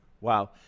Wow